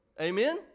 Amen